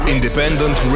Independent